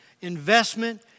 investment